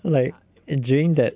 like it during that